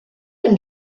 been